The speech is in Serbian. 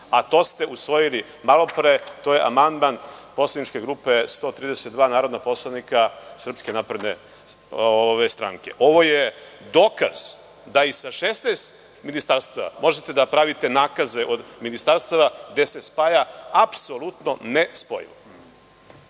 a to ste usvojili malopre? To je amandman poslaničke grupe od 132 narodna poslanika Srpske napredne stranke. Ovo je dokaz da i sa 16 ministarstava možete da pravite nakaze od ministarstava gde se spaja apsolutno ne spojivo.